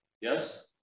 yes